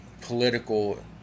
political